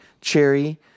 cherry